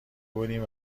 بودیم